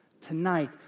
Tonight